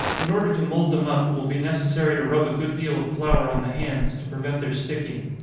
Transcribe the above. in order to mould them up, it will be necessary to rub a good deal of flour on the hands, to prevent their sticking.